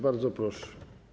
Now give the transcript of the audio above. Bardzo proszę.